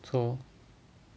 so